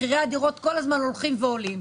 מחירי הדירות כל הזמן הולכים ועולים.